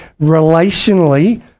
relationally